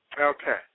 Okay